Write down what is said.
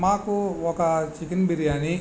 మాకు ఒక చికెన్ బిర్యానీ